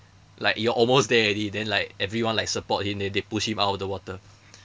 like you are almost there already then like everyone like support him then they push him out of the water